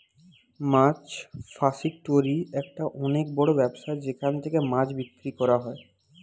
মাছ ফাসিকটোরি একটা অনেক বড় ব্যবসা যেখান থেকে মাছ বিক্রি করা হয়